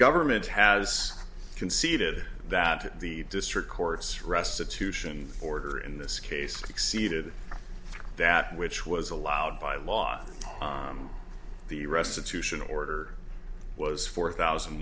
government has conceded that to the district courts restitution order in this case exceeded that which was allowed by law the restitution order was four thousand